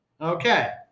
Okay